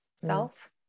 self